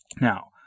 Now